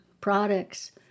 products